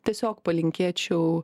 tiesiog palinkėčiau